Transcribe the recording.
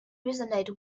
resonate